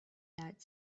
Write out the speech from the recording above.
that